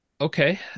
Okay